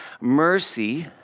mercy